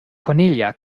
cornelia